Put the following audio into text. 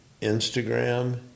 Instagram